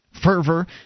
Fervor